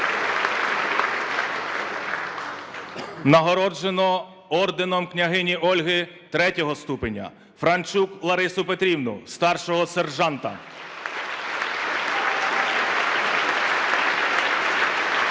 Нагороджено орденом княгині Ольги ІІІ ступеня Франчук Ларису Петрівну, старшого сержанта. (Оплески)